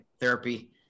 therapy